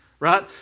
Right